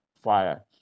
fire